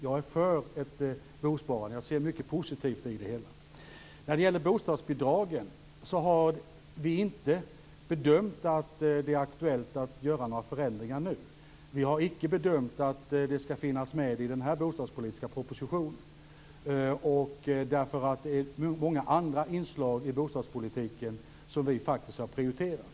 Jag är för ett bosparande. Jag ser mycket positivt i det hela. Vi har inte bedömt att det är aktuellt att göra några förändringar i bostadsbidragen nu. Vi har icke bedömt att något sådant skall finnas med i den här bostadspolitiska propositionen. Det finns så många andra inslag i bostadspolitiken som vi har prioriterat.